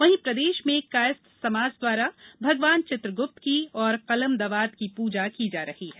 वहीं प्रदेश में कायस्थ समाज द्वारा भगवान चित्रगुप्त और कलम दवात की पुजा की जा रही है